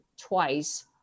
twice